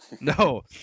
No